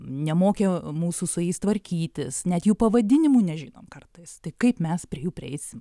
nemokė mūsų su jais tvarkytis net jų pavadinimų nežinom kartais tai kaip mes prie jų prieisim